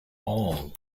all